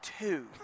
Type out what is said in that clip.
two